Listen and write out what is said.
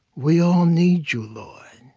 we all need you, lord,